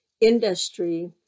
industry